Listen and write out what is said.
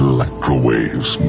Electrowave's